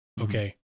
okay